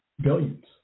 billions